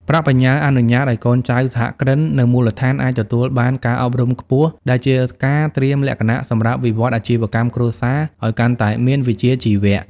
ប្រាក់បញ្ញើអនុញ្ញាតឱ្យកូនចៅសហគ្រិននៅមូលដ្ឋានអាចទទួលបានការអប់រំខ្ពស់ ដែលជាការត្រៀមលក្ខណៈសម្រាប់វិវត្តន៍អាជីវកម្មគ្រួសារឱ្យកាន់តែមានវិជ្ជាជីវៈ។